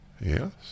Yes